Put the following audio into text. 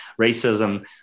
racism